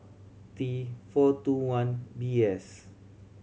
t four two one B S